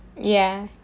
ya